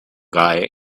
guy